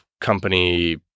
company